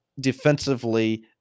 defensively